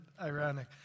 ironic